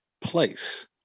place